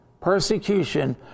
persecution